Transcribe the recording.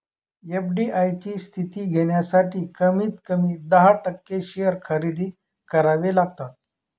FDI ची स्थिती घेण्यासाठी कमीत कमी दहा टक्के शेअर खरेदी करावे लागतात